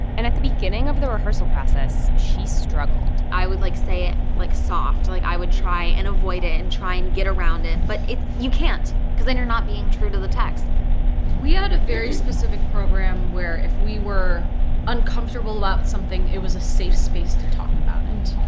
and at the beginning of the rehearsal process, she struggled i would, like, say it, like, soft. like, i would try and avoid it and try and get around it. but you can't because then you're not being true to the text we had a very specific program where if we were uncomfortable about something, it was a safe space to talk about it.